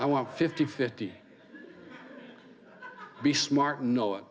i want fifty fifty be smart no